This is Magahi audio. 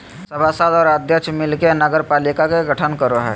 सभासद और अध्यक्ष मिल के नगरपालिका के गठन करो हइ